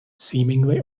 seemingly